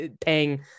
paying